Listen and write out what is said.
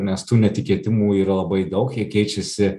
nes tų netikėtimų yra labai daug jie keičiasi